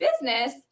business